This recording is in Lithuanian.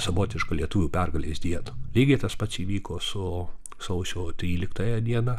savotišką lietuvių pergalės dieną lygiai tas pats įvyko su sausio tryliktąja diena